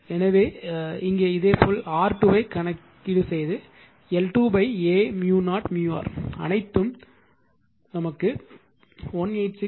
எனவே இங்கே இதேபோல் R2 கணக்கீடு L2 Aµ0µr அனைத்தும் 186509